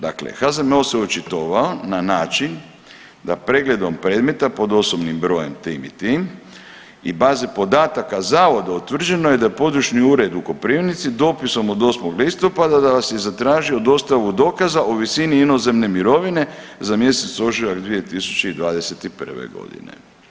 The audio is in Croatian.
Dakle, HZMO se očitovao na način da pregledom predmeta pod osobnim brojem tim i tim i baze podataka zavoda utvrđeno je da područni ured u Koprivnici dopisom od 8. listopada da vas je zatražio dostavu dokaza o visini inozemne mirovine za mjesec ožujak 2021. godine.